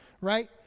right